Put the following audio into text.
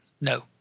No